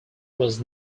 was